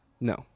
no